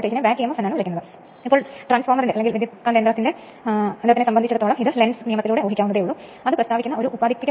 ടെർമിനലുകൾ 3 സ്ലീപ്പിംഗുമായി ബന്ധിപ്പിച്ചിരിക്കുന്നു അത് റോട്ടറിനൊപ്പം തിരിയുന്നു